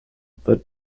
the